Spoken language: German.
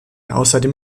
außerdem